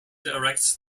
directs